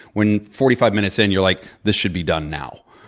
when forty five minutes in, you're like this should be done now.